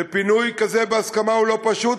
שפינוי כזה בהסכמה הוא לא פשוט,